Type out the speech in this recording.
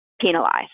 penalized